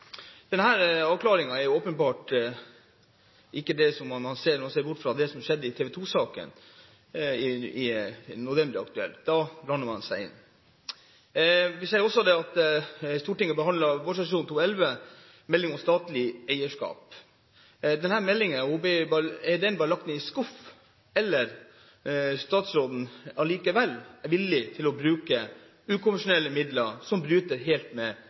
er åpenbart ikke veldig aktuell når man ser på det som skjedde i TV 2-saken. Da blandet man seg inn. Stortinget behandlet i vårsesjonen 2011 meldingen om statlig eierskap. Er denne meldingen bare lagt ned i en skuff, eller er statsråden allikevel villig til å bruke ukonvensjonelle midler som bryter helt med